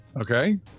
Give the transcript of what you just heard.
Okay